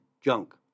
junk